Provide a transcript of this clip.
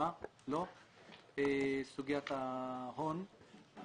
חשובה לו, סוגיית ההון.